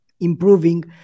improving